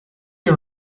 you